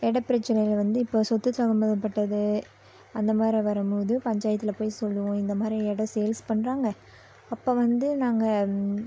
இட பிரச்சனையில் வந்து இப்போ சொத்து சம்மந்தப்பட்டது அந்த மாதிரி வரும்போது பஞ்சாயத்தில் போய் சொல்லுவோம் இந்த மாதிரி இடம் சேல்ஸ் பண்றாங்க அப்போ வந்து நாங்கள்